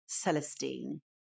Celestine